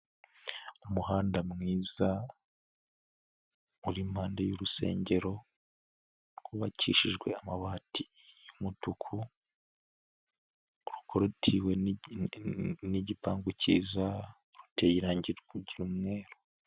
Umuhanda mwiza uri impande y'urusengero rwubakishijwe amabati y'umutuku rukorotiwe n'igipangu cyiza, ruteye irange ry'umweru.